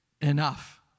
enough